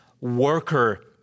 worker